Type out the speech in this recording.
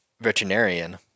veterinarian